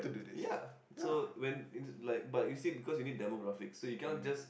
ya so when like but you see because you need demographics so you cannot just